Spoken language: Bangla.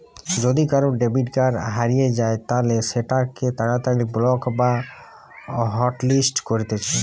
যদি কারুর ডেবিট কার্ড হারিয়ে যায় তালে সেটোকে তাড়াতাড়ি ব্লক বা হটলিস্ট করতিছে